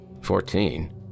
Fourteen